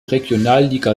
regionalliga